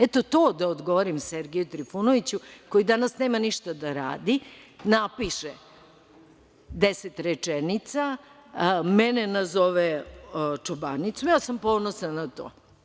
Eto, to da odgovorim Sergeju Trifunoviću koji danas nema ništa da radi, napiše 10 rečenica, mene zove čobanicom i ponosna sam na to.